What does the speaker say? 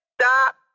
stop